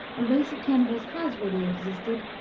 a race of cannibals has really existed,